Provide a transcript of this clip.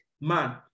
man